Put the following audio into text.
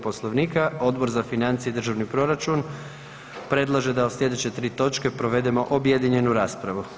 Poslovnika, Odbor za financije i državni proračun predlaže da o sljedeće 3 točke provedemo objedinjenu raspravu.